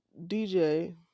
dj